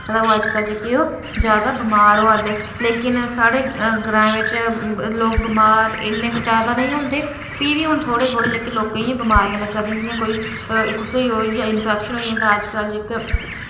तां अज्जकल जेह्की ओह् जादा बमार होआ दे लेकिन साढ़े ग्राएं बिच लोक बमार इन्ने क जादै नेईं होंदे प्ही हून जेह्कियां लोकें ई बमारियां लग्गा दियां जि'यां कोई कुसै इंफेक्शन होई जा ते अजकल जेह्का